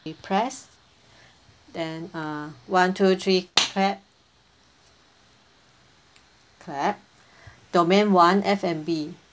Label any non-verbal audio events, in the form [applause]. you press then uh one two three clap clap [breath] domain one F&B